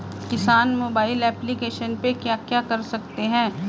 किसान mobile application पे क्या क्या कर सकते हैं?